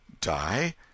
Die